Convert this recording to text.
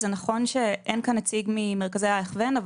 זה נכון שאין כאן נציג ממרכזי ההכוון.